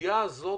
הסוגיה הזאת,